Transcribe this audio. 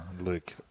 Luke